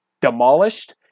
demolished